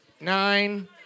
nine